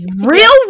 real